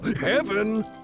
Heaven